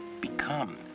become